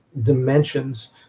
dimensions